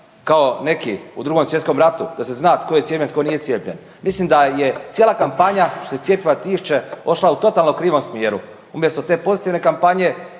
kao neki u Drugom svjetskom ratu, da se zna tko je cijepljen, tko nije cijepljen. Mislim da je cijela kampanja što se cjepiva tiče otišla u totalno krivom smjeru. Umjesto te pozitivne kampanje